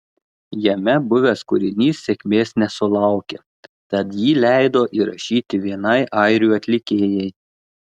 jame buvęs kūrinys sėkmės nesusilaukė tad jį leido įrašyti vienai airių atlikėjai